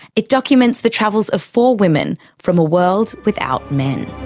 it documents the travels of four women from a world without men.